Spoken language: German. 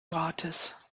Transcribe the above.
gratis